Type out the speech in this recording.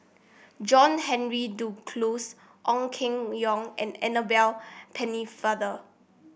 John Henry Duclos Ong Keng Yong and Annabel Pennefather